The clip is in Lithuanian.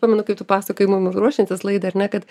pamenu kai tu pasakojai mum ruošiantis laidą ar ne kad